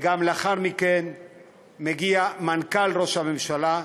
וגם לאחר מכן מגיע מנכ"ל ראש הממשלה,